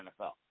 NFL